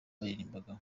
baririmbaga